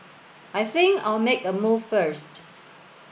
I think I'll make a move first